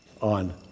on